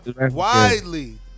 Widely